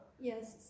Yes